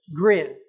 Grin